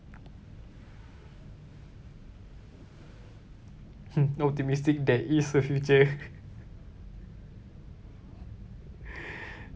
optimistic there is a future